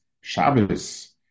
Shabbos